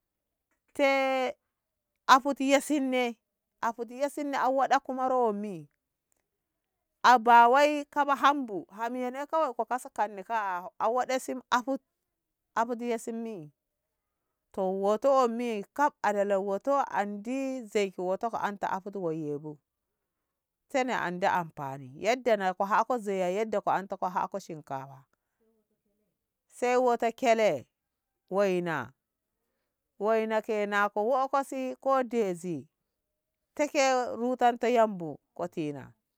Te afute ye sinnne afute ye sinnne au waɗakku moro mi aba wai kaba hambu hamin nai ka ko ka so kanni ka'a a waɗesun afud afuɗɗi ya sinni to wo'oto wo me kaf arele wo'oto andi zei ki wo'oto ki anta afude woi yo bu tene andi amfani yanda na ako zei yanda ko anto ko hako shinkafa sai wata kele wai na wai na ke na ko kosi ko dezi teke rutan to yanbu ko tina.